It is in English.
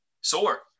sore